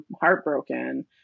heartbroken